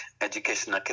education